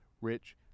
rich